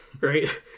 Right